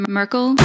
Merkel